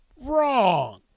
wrong